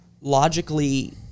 logically